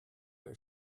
der